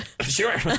sure